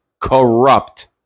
corrupt